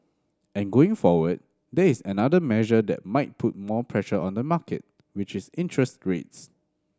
and going forward there is another measure that might put more pressure on the market which is interest grates